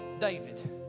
David